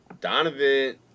Donovan